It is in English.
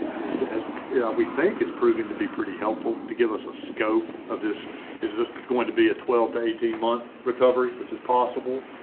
is but as we think is proven to be pretty helpful to give us a scope of this is is this going to be a twelve to eighteen month recovery, which is possible,